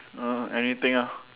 err anything ah